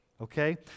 Okay